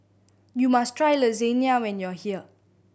you must try Lasagna when you are here